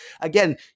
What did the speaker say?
again